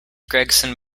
gregson